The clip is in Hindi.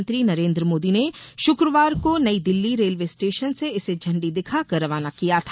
प्रधानमंत्री नरेन्द्र मोदी ने शुक्रवार को नई दिल्ली रेलवे स्टेशन से इसे झंडी दिखाकर रवाना किया था